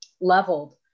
leveled